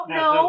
no